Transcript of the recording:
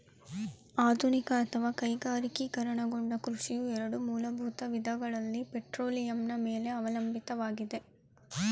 ಆಧುನಿಕ ಅಥವಾ ಕೈಗಾರಿಕೀಕರಣಗೊಂಡ ಕೃಷಿಯು ಎರಡು ಮೂಲಭೂತ ವಿಧಗಳಲ್ಲಿ ಪೆಟ್ರೋಲಿಯಂನ ಮೇಲೆ ಅವಲಂಬಿತವಾಗಿದೆ